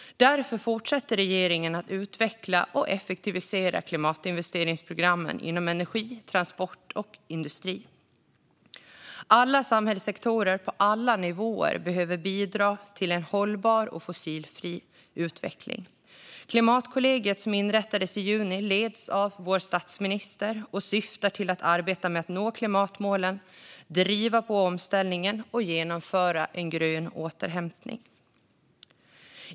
Regeringen fortsätter därför att utveckla och effektivisera klimatinvesteringsprogrammen inom energi, transport och industrisektorn. Alla samhällssektorer på alla nivåer behöver bidra till en hållbar och fossilfri utveckling. Klimatkollegiet, som inrättades i juni, leds av statsministern och syftar till att arbeta med att nå klimatmålen, driva på omställningen och genomföra en grön återhämtning.